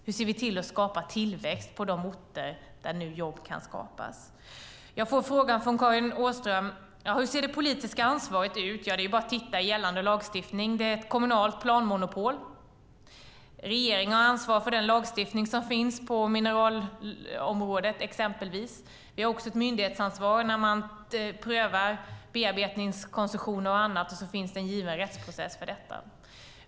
Hur ser vi till att skapa tillväxt på de orter där jobb nu kan skapas? Jag får frågan från Karin Åström: Hur ser det politiska ansvaret ut? Det är bara att titta i gällande lagstiftning. Det är kommunalt planmonopol. Regeringen har ansvar för den lagstiftning som finns på exempelvis mineralområdet. Vi har också ett myndighetsansvar. När man prövar bearbetningskoncessioner och annat finns det en given rättsprocess för detta.